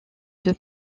deux